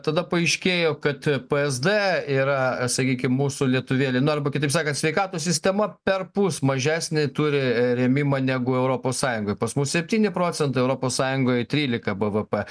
tada paaiškėjo kad psd yra sakykim mūsų lietuvėlė arba kitaip sakant sveikatos sistema perpus mažesnį turi rėmimą negu europos sąjungoje pas mus septyni procentai europos sąjungoje trylika bvp